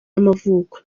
y’amavuko